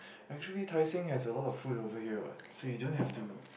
actually Tai-Seng has a lot of food over here what so you don't have to